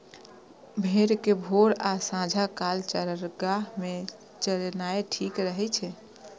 भेड़ कें भोर आ सांझ काल चारागाह मे चरेनाय ठीक रहै छै